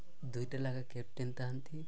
ଦୁଇଟାଲାକା captain ଥାଆନ୍ତି